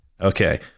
Okay